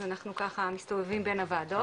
אז אנחנו ככה מסתובבים בין הוועדות.